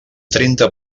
trenta